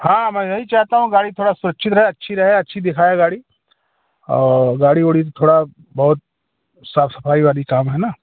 हाँ मैं यही चाहता हूँ गाड़ी थोड़ा सुरक्षित रहे अच्छी रहे अच्छी दिखाए गाड़ी और गाड़ी उड़ी थोड़ा बहुत साफ़ सफ़ाई वाला काम है ना